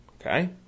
Okay